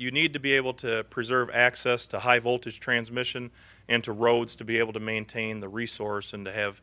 you need to be able to preserve access to high voltage transmission and to roads to be able to maintain the resource and have